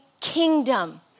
kingdom